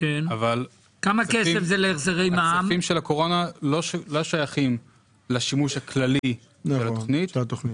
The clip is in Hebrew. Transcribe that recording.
אבל הכספים של הקורונה לא שייכים לשימוש הכללי של התכנית,